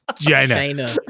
China